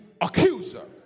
accuser